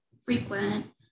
frequent